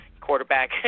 quarterback